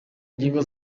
ingingo